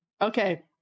okay